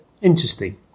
Interesting